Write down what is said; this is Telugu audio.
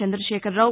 చంద్రశేఖరరావు